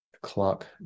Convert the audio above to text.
clock